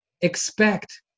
expect